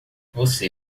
você